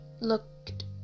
looked